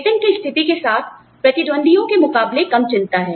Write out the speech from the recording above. वेतन की स्थिति के साथ प्रतिद्वंद्वियों के मुकाबले कम चिंता है